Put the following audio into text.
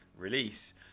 release